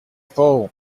fool